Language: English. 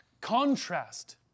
contrast